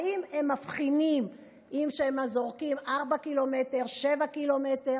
האם הם מבחינים, כשהם זורקים, בין 4 ק"מ ל-7 ק"מ?